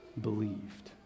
believed